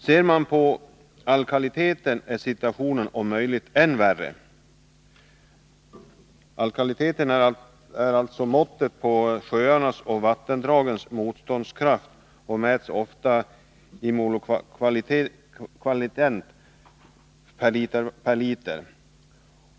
Ser man på alkaliniteten finner man att situationen är om möjligt än värre. Alkalinitet är alltså måttet på sjöarnas och vattendragens motståndskraft och mäts ofta i molekvivalent per liter.